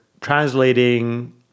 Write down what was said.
translating